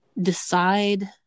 decide